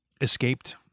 escaped